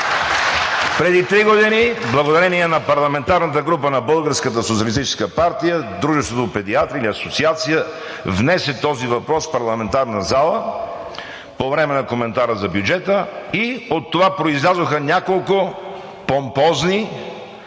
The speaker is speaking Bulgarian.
Преди три години, благодарение на парламентарната група на Българската социалистическа партия, Дружеството „Педиатри“, или асоциация, внесе този въпрос в парламентарната зала по време на коментара за бюджета и от това произлязоха няколко помпозни